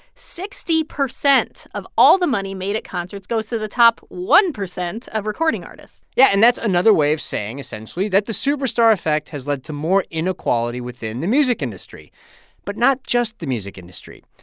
sixty percent of all the money made at concerts goes to the top one percent of recording artists yeah, and that's another way of saying, essentially, that the superstar effect has led to more inequality within the music industry but not just the music industry.